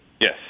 Yes